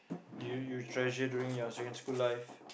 do you you treasure during your secondary school life